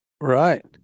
Right